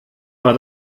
war